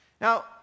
Now